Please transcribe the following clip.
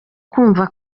kumva